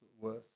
worth